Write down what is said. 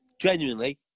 genuinely